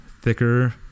Thicker